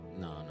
no